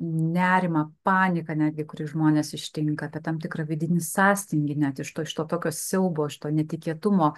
nerimą paniką netgi kuri žmones ištinka apie tam tikrą vidinį sąstingį net iš to iš tokio siaubo iš to netikėtumo